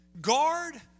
Guard